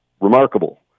remarkable